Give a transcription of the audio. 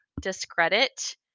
discredit